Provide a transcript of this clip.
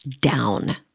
down